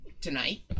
Tonight